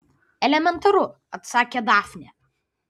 elementaru atsakė dafnė